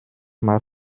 mal